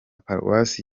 paruwasi